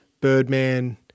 Birdman